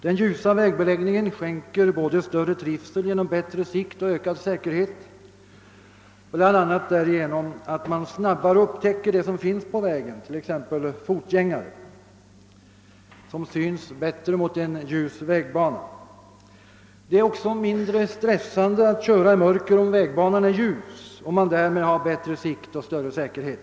Den ljusa vägbeläggningen skänker både större trivsel genom bättre sikt och ökad säkerhet, bl.a. ärigenom att man snabbare upptäcker det som finns på vägen, t.ex. folgänga re, som syns bättre mot en ljus vägbana. Det är också mindre stressande att köra i mörker, om vägbanan är ljus och man därmed har bättre sikt och större säkerhet.